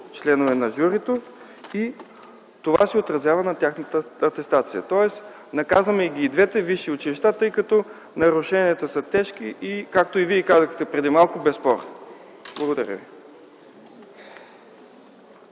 членове на журито и това се отразява на тяхната атестация. Тоест наказваме и двете висши училища, тъй като нарушенията са тежки и, както и Вие казахте преди малко, безспорни. Благодаря ви.